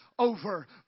over